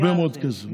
הרבה מאוד כסף.